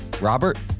Robert